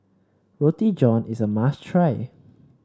Roti John is a must try